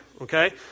okay